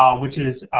um which is,